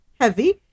heavy